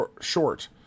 short